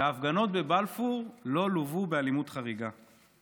שההפגנות בבלפור לא לווו באלימות חריגה.